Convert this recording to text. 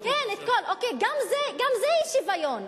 גם זה אי-שוויון.